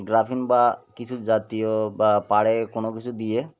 graphene বা কিছু জাতীয় বা পাড়ে কোনো কিছু দিয়ে